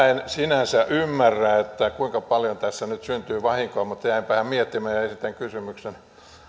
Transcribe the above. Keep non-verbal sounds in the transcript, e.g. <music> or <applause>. <unintelligible> en sinänsä ymmärrä kuinka paljon tässä nyt syntyy vahinkoa mutta jäinpähän miettimään ja ja esitän kysymyksen